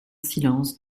silence